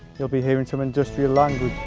you will be hearing some industrial languge.